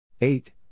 eight